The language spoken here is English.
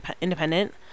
independent